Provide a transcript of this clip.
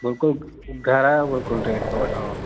बिल्कुलु घरा जो बिल्कुलु रेट थो वठाव